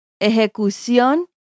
ejecución